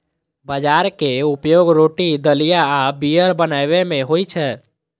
बाजराक उपयोग रोटी, दलिया आ बीयर बनाबै मे होइ छै